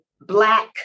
black